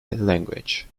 language